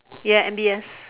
yeah M_B_S